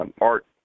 Art